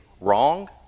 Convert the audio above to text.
wrong